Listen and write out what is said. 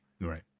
Right